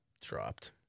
Dropped